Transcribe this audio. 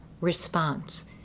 response